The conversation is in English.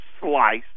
slice